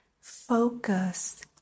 focus